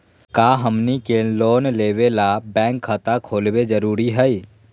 का हमनी के लोन लेबे ला बैंक खाता खोलबे जरुरी हई?